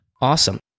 Awesome